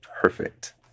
perfect